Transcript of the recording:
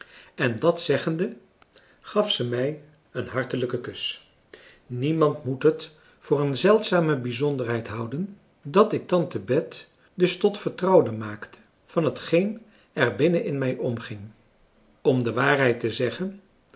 en dat zeggende gaf ze mij een hartelijken kus niemand moet het voor een zeldzame bijzonderheid houden dat ik tante bet dus tot vertrouwde maakte van hetgeen er binnen in mij omging om de waarheid te zeggen